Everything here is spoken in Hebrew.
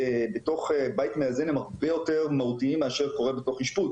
בתוך בית מאזן הם הרבה יותר מהותיים מאשר מה שקורה בתוך אשפוז.